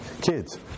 kids